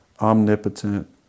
omnipotent